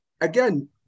again